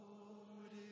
Lord